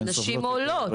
גם נשים עולות